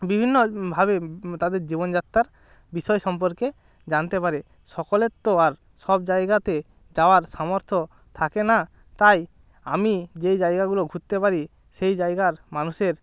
বিভিন্নভাবে তাদের জীবনযাত্রার বিষয় সম্পর্কে জানতে পারে সকলের তো আর সব জায়গাতে যাওয়ার সামর্থ্য থাকে না তাই আমি যেই জায়গাগুলো ঘুরতে পারি সেই জায়গার মানুষের